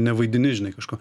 nevaidini žinai kažko